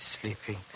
sleeping